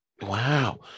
wow